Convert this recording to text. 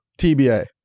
TBA